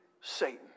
Satan